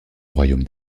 royaume